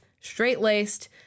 straight-laced